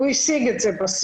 והוא השיג את זה בסוף.